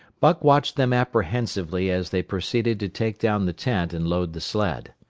buck watched them apprehensively as they proceeded to take down the tent and load the sled.